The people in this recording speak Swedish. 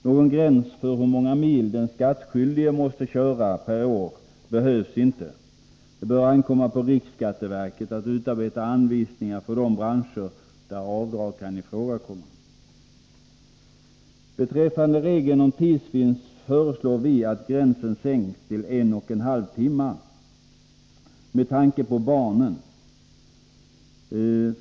Någon gräns för hur många mil den skattskyldige måste köra per år behövs inte. Det bör ankomma på riksskatteverket att utarbeta anvisningar för de branscher där avdrag kan ifrågakomma. Beträffande reglerna om tidsvinst föreslår vi att gränsen sänks till en och en halv timme, med tanke på barnen.